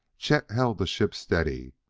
chet held the ship steady,